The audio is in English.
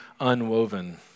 unwoven